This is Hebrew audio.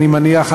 אני מניח,